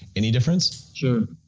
any difference? sure.